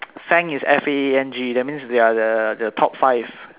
Faang is F A A N G that means they are the the top five